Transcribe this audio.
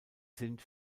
sind